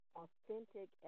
authentic